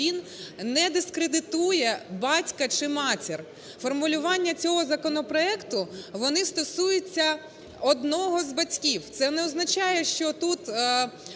він не дискредитує батька чи матір. Формулювання цього законопроекту, вони стосуються одного з батьків. Це не означає, що тут